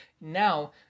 Now